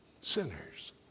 sinners